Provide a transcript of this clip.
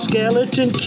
Skeleton